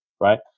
right